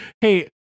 Hey